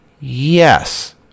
yes